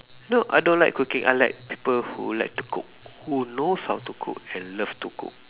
no I don't like cooking I like people who like to cook who knows how to cook and love to cook